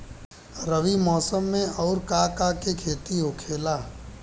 रबी मौसम में आऊर का का के खेती होला?